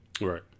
right